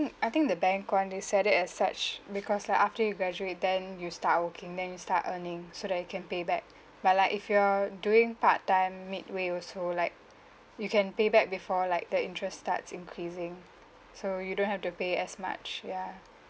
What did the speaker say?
I think the bank current set it as such because like after you graduate then you start working then you start earning so that you can payback but like if you are doing part-time midway also like you can payback before like the interest starts increasing so you don't have to pay as much ya